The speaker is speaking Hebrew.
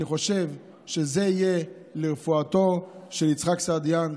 אני חושב שזה יהיה לרפואתו של יצחק סעידיאן,